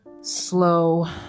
slow